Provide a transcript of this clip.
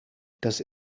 das